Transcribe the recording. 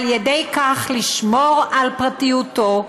ועל ידי כך לשמור על פרטיותו,